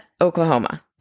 Oklahoma